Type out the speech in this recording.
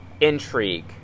intrigue